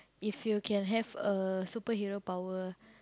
if you can have a superhero power